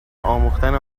آموختن